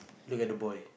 look at the boy